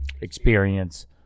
experience